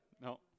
No